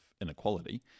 inequality